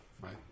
right